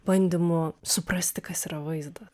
bandymų suprasti kas yra vaizdas